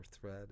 thread